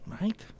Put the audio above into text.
Right